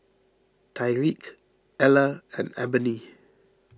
Tyreke Eller and Ebony